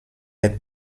est